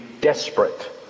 desperate